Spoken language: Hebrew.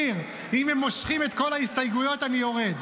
אופיר, אם הם מושכים את כל ההסתייגויות, אני יורד.